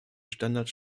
standards